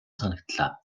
санагдлаа